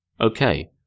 Okay